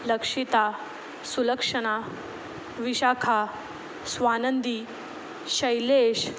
Lakshita Sulakshana Vishakha Swanandi Shailesh